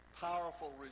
powerful